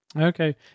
Okay